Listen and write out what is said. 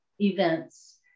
events